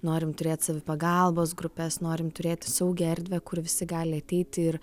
norim turėt savipagalbos grupes norim turėti saugią erdvę kur visi gali ateiti ir